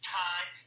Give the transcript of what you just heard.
time